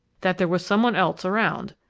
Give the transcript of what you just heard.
that there was some one else around.